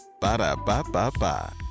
Ba-da-ba-ba-ba